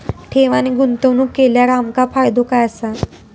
ठेव आणि गुंतवणूक केल्यार आमका फायदो काय आसा?